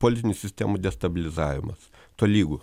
politinių sistemų destabilizavimas tolygu